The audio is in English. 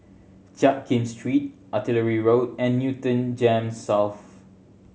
Jiak Kim Street Artillery Road and Newton GEMS South